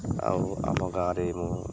ଆଉ ଆମ ଗାଁରେ ମୁଁ